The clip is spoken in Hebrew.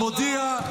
המודיע,